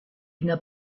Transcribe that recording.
n’as